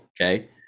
okay